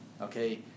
okay